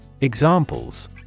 Examples